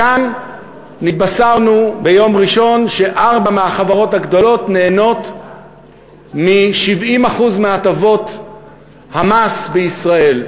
כאן נתבשרנו ביום ראשון שארבע החברות נהנות מ-70% מהטבות המס בישראל.